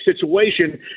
situation